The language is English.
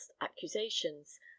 accusations